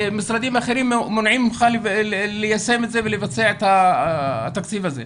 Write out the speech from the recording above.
משרדים אחרים מונעים ממך ליישם את זה ולבצע את התקציב הזה?